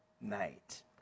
night